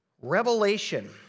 Revelation